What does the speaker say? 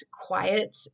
quiet